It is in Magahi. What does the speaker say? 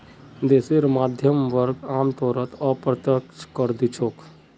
देशेर मध्यम वर्ग आमतौरत अप्रत्यक्ष कर दि छेक